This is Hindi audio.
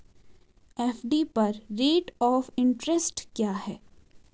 एफ.डी पर रेट ऑफ़ इंट्रेस्ट क्या है?